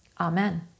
Amen